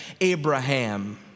Abraham